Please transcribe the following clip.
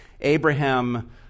Abraham